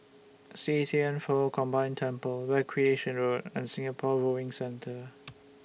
See Thian Foh Combined Temple Recreation Road and Singapore Rowing Center